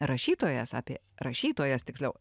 rašytojas apie rašytojas tiksliau